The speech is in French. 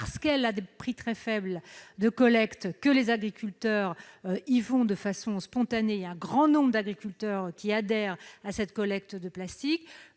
parce qu'elle propose un coût très faible de collecte que les agriculteurs y font appel de façon spontanée. Aussi, un grand nombre d'agriculteurs adhèrent à cette collecte de plastiques.